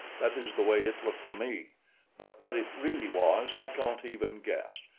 that is the way it looked to me but what it really was i can't even guess,